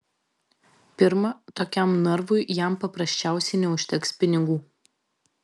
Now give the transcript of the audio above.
pirma tokiam narvui jam paprasčiausiai neužteks pinigų